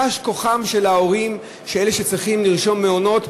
תש כוחם של ההורים, של אלה שצריכים לרשום למעונות,